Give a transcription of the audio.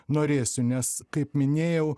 norėsiu nes kaip minėjau